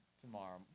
tomorrow